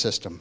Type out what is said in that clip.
system